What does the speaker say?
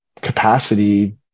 capacity